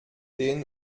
den